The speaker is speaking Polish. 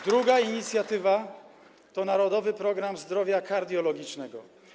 Druga inicjatywa to „Narodowy program zdrowia kardiologicznego”